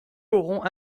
auront